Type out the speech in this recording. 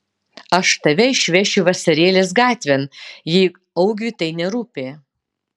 aš tave išvešiu vasarėlės gatvėn jei augiui tai nerūpi